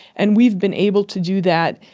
and we've been able to do that.